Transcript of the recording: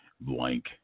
Blank